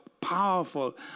powerful